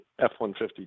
F-150